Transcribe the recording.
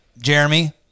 Jeremy